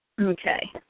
Okay